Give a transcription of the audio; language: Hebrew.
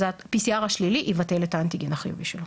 אז ה-PCR השלילי יבטל את האנטיגן החיובי שלו.